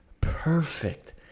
perfect